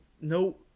No